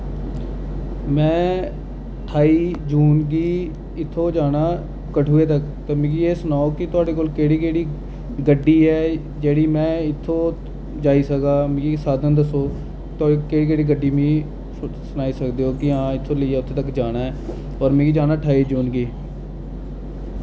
में ठाई जून गी इत्थो जाना कठुए तक ते मिकी एह् सनाओ कि थोआड़े कोल केह्ड़ी केह्ड़ी गड्डी ऐ जेह्ड़ी में इत्थो जाई सकां मिकी साधन दस्सो थोआड़ी केह्ड़ी केह्ड़ी गड्डी मिकी सनाई सकदे ओ कि हां इत्थो लेइयै उत्थै तक जाना ऐ पर मिकी जाना ठाई जून गी